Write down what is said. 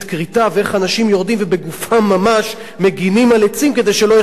ואיך אנשים יורדים ובגופם ממש מגינים על עצים כדי שלא ייכרתו,